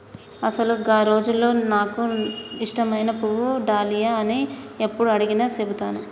అసలు గా రోజుల్లో నాను నాకు ఇష్టమైన పువ్వు డాలియా అని యప్పుడు అడిగినా సెబుతాను